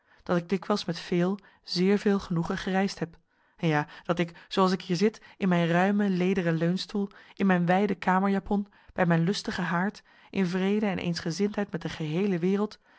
dat ik dikwijls met veel zeer veel genoegen gereisd heb ja dat ik zooals ik hier zit in mijn ruimen lederen leunstoel in mijn wijde kamerjapon bij mijn lustigen haard in vrede en eensgezindheid met de geheele wereld